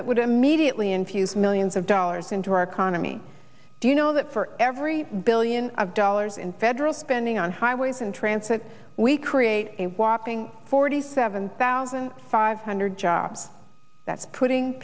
that would immediately infuse millions of dollars into our economy do you know that for every billion of dollars in federal spending on highways and trance that we create a whopping forty seven thousand five hundred jobs that's putting